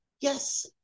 Yes